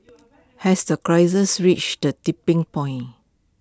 has the crisis reached the tipping point